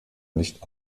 nicht